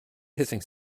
hissing